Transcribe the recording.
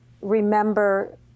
remember